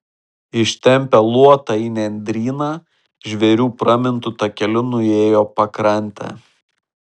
ištempę luotą į nendryną žvėrių pramintu takeliu nuėjo pakrante